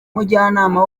mujyanama